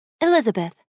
Elizabeth